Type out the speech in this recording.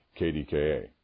KDKA